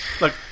Look